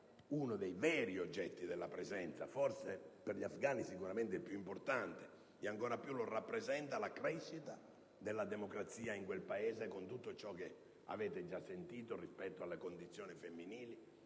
uno dei veri oggetti della presenza, forse per gli afgani sicuramente più importante, ed ancora più lo rappresenta la crescita della democrazia in quel Paese, con tutto ciò che avete già sentito rispetto alla condizione femminile